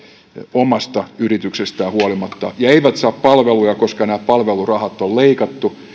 omasta yrittämisestään huolimatta ja eivät saa palveluja koska nämä palvelurahat on leikattu